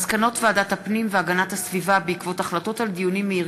מסקנות ועדת הפנים והגנת הסביבה בעקבות דיון מהיר